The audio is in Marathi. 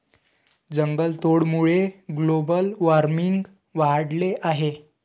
जंगलतोडीमुळे ग्लोबल वार्मिंग वाढले आहे